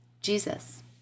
Jesus